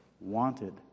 wanted